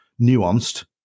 nuanced